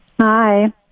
Hi